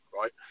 right